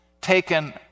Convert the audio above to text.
taken